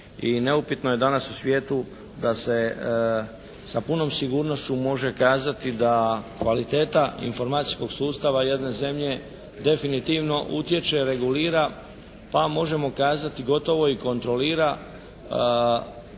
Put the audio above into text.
neupitno je danas u svijetu da se sa punom sigurnošću može kazati da kvaliteta informacijskog sustava jedne zemlje definitivno utječe, regulira, pa možemo kazati gotovo i kontrolira